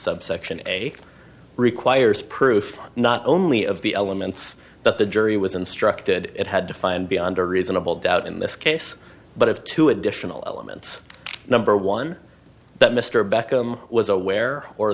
subsection a requires proof not only of the elements but the jury was instructed it had to find beyond a reasonable doubt in this case but if two additional elements number one that mr beck i'm was aware or